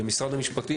ובמשרד המשפטים,